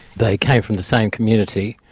they came from the same community.